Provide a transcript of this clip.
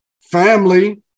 family